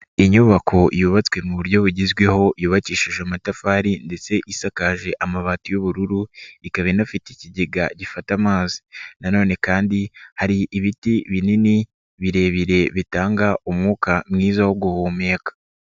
Inyubako yubatswe mu buryo bugezweho yubakishije amatafari ndetse isakaje amabati y'ubururu, ikaba inafite ikigega gifata amazi. Nanone kandi hari ibiti binini birebire bitanga umwuka mwiza wo guhumeka.